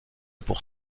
pour